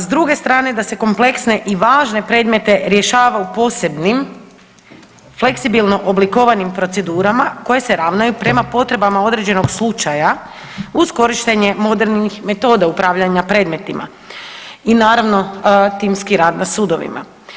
S druge strane da se kompleksne i važne predmete rješava u posebnim fleksibilno oblikovanim procedurama koje se ravnaju prema potrebama određenog slučaja uz korištenje modernih metoda upravljanja predmetima i naravno timski rad na sudovima.